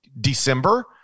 December